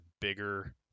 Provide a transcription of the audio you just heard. bigger